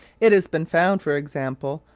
it has been found, for example,